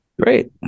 great